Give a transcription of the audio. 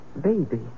baby